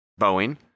Boeing